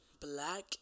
black